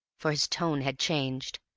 for his tone had changed,